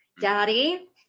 Daddy